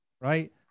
right